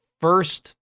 first